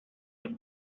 өмет